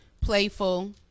playful